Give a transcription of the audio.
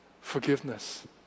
forgiveness